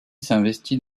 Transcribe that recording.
s’investit